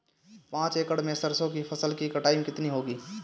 पांच एकड़ में सरसों की फसल की कटाई कितनी होगी?